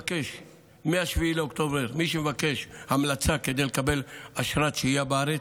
מ-7 באוקטובר מי שמבקש המלצה כדי לקבל אשרת שהייה בארץ,